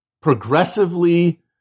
progressively